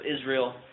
Israel